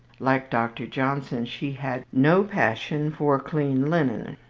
like dr. johnson, she had no passion for clean linen.